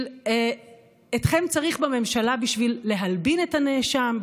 אתכם צריך בממשלה בשביל להלבין את הנאשם,